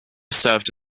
served